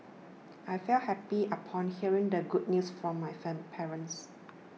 I felt happy upon hearing the good news from my fan parents